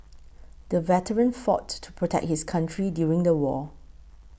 the veteran fought to protect his country during the war